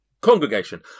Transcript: Congregation